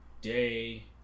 day